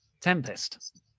Tempest